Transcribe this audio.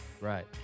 Right